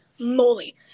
moly